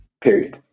period